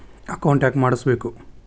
Account ಯಾಕ್ ಮಾಡಿಸಬೇಕು?